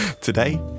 Today